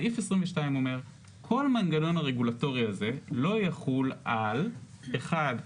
סעיף 22 אומר שכל המנגנון הרגולטורי הזה לא יחול על אחת,